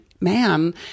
man